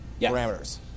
parameters